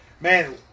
Man